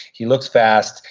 he looks fast.